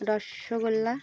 rasgulla